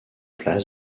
place